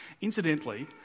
Incidentally